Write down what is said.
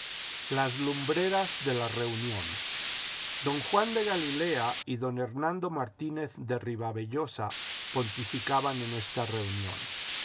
las lumbreras de la reunión don juan de galilea y don hernando martínez de ribavellosa pontificaban en esta reunión